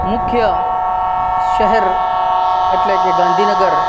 મુખ્ય શહેર એટલે કે ગાંધીનગર